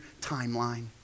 timeline